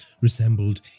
resembled